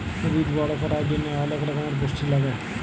উদ্ভিদ বড় ক্যরার জন্হে অলেক রক্যমের পুষ্টি লাগে